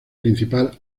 principal